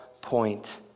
point